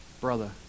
brother